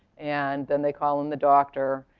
and then they call in the doctor.